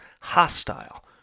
hostile